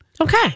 Okay